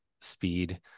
speed